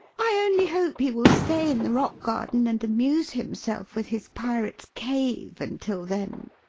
i only hope he will stay in the rock garden and amuse himself with his pirates' cave until then.